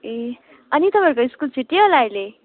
ए अनि तपाईँहरूको स्कुल छुट्टी होला अहिले